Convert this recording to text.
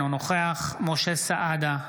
אינו נוכח משה סעדה,